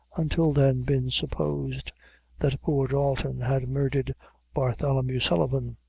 until then, been supposed that poor dalton had murdered bartholomew sullivan.